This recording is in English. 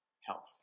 health